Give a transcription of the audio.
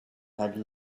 had